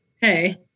Hey